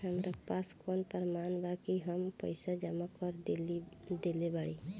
हमरा पास कौन प्रमाण बा कि हम पईसा जमा कर देली बारी?